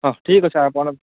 ହଁ ଠିକ୍ ଅଛି ଆପଣ